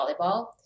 volleyball